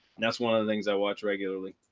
and that's one of the things i watch regularly.